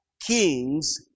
Kings